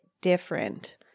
different